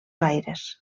aires